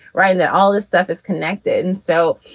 right. that all this stuff is connected. and so,